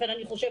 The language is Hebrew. לכן אני חושבת,